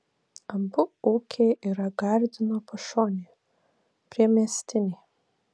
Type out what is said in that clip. abu ūkiai yra gardino pašonėje priemiestiniai